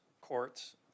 courts